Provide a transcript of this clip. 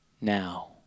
Now